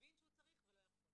מבין שהוא צריך ולא יכול.